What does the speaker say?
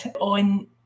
on